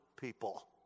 people